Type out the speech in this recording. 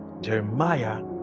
Jeremiah